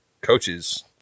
coaches